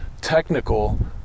technical